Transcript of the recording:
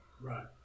right